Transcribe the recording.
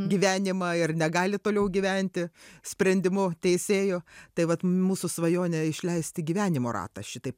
gyvenimą ir negali toliau gyventi sprendimu teisėjų tai vat mūsų svajonė išleisti gyvenimo ratą šitaip